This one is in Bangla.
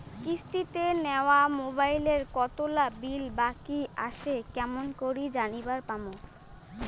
কিস্তিতে নেওয়া মোবাইলের কতোলা বিল বাকি আসে কেমন করি জানিবার পামু?